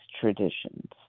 traditions